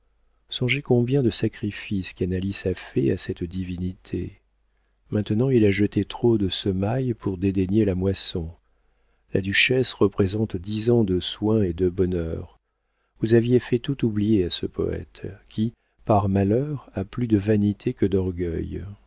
songez combien de sacrifices canalis a faits à cette divinité maintenant il a jeté trop de semailles pour dédaigner la moisson la duchesse représente dix ans de soins et de bonheur vous aviez fait tout oublier à ce poëte qui par malheur a plus de vanité que d'orgueil